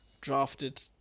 drafted